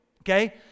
okay